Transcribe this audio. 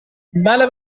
بله